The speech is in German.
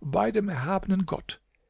bei dem erhabenen gott